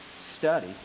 study